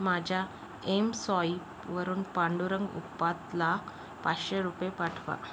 माझ्या एमस्वाईपवरून पांडुरंग उत्पातला पाचशे रुपये पाठवा